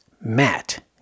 Matt